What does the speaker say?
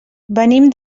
venim